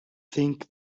think